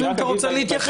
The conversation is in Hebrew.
אז אם אתה רוצה להתייחס.